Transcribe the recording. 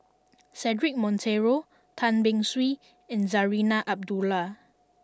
Cedric Monteiro Tan Beng Swee and Zarinah Abdullah